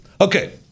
Okay